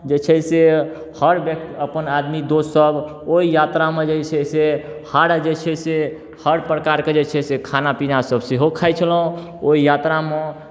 जे छै से हर व्यक्ति अपन आदमी दोस्तसभ ओहि यात्रामे जे छै से हर जे छै से हर प्रकारके जे छै से खाना पीनासभ सेहो खाइत छलहुँ ओहि यात्रामे